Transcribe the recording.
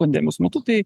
pandemijos metu tai